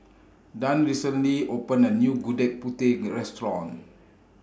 Dona recently opened A New Gudeg Putih Restaurant